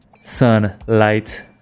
sunlight